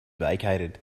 vacated